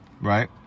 right